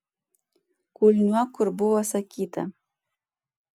kulniuok kur buvo sakyta